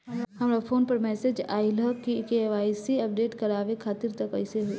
हमरा फोन पर मैसेज आइलह के.वाइ.सी अपडेट करवावे खातिर त कइसे होई?